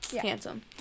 Handsome